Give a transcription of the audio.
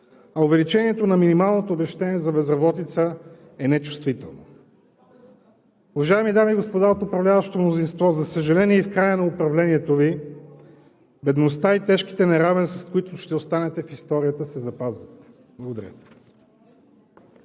а увеличението на минималното обезщетение за безработица е нечувствително. Уважаеми дами и господа от управляващото мнозинство, за съжаление, и в края на управлението Ви бедността и тежките неравенства, с които ще останете в историята, се запазват. Благодаря